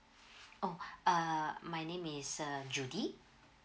oh uh my name is uh judy